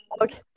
okay